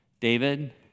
David